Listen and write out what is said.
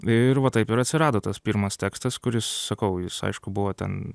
ir va taip ir atsirado tas pirmas tekstas kuris sakau jis aišku buvo ten